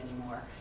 anymore